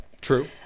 True